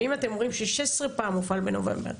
ואם אתם אומרים ש-16 פעם הופעל בנובמבר,